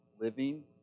living